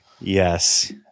Yes